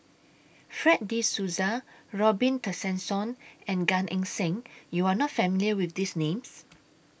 Fred De Souza Robin Tessensohn and Gan Eng Seng YOU Are not familiar with These Names